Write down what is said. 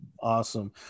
awesome